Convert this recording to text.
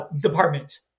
department